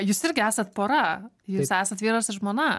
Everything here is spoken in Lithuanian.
jūs irgi esat pora jūs esat vyras ir žmona